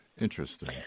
Interesting